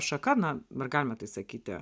šaka na ar galima tai sakyti